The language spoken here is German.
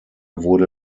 wurde